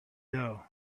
doe